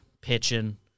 pitching